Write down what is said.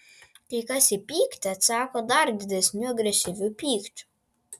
kai kas į pyktį atsako dar didesniu agresyviu pykčiu